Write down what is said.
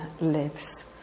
lives